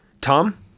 Tom